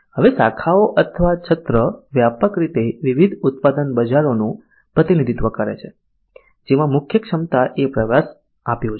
હવે શાખાઓ અથવા છત્ર વ્યાપક રીતે વિવિધ ઉત્પાદન બજારોનું પ્રતિનિધિત્વ કરે છે જેમાં મુખ્ય ક્ષમતાએ પ્રવેશ આપ્યો છે